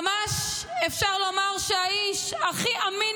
ממש אפשר לומר שהאיש הכי אמין